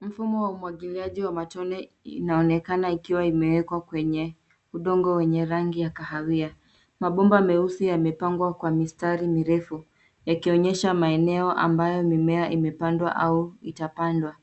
Mfumo wa umwagiliaji wa matone, inaonekana ikiwa imewekwa kwenye udongo wenye rangi ya kahawia. Mabomba meusi yamepangwa kwa mistari mirefu, yakionyesha maeneo ambayo mimea imepandwa au itapandwa.